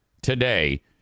Today